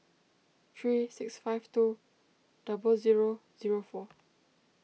three six five two double zero zero four